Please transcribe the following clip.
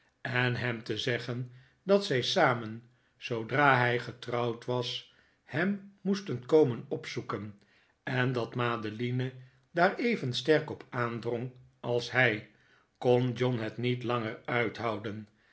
en hem te zeggen dat zij samen zoodra hij getrouwd was hem moesten komen opzoeken en dat madeline daar even sterk op aandrong als hij kon john het niet langer uithouden